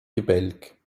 gebälk